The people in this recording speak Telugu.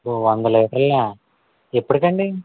ఓ వంద లీటర్లా ఎప్పటికి అండి